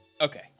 Okay